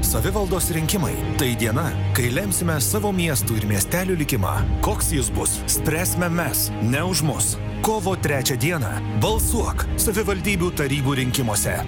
savivaldos rinkimai tai diena kai lemsime savo miestų ir miestelių likimą koks jis bus spręsime mes ne už mus kovo trečią dieną balsuok savivaldybių tarybų rinkimuose